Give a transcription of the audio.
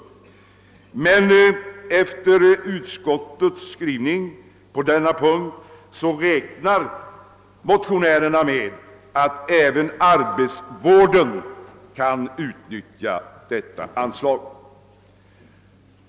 Efter att ha tagit del av utskottets skrivning på denna punkt räknar dock motionärerna med att även arbetsvården kan utnyttja detta anslag.